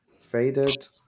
faded